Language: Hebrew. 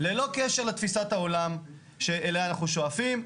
ללא קשר לתפיסת העולם שאליה אנחנו שואפים.